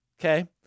Okay